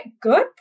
good